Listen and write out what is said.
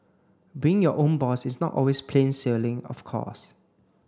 being your own boss is not always plain sailing of course